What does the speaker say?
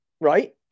Right